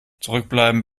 zurückbleiben